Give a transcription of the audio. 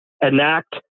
enact